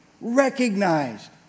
recognized